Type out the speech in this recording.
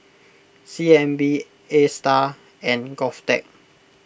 C N B Astar and Govtech